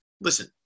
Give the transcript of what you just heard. listen